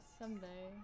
someday